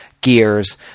Gears